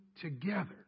together